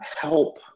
help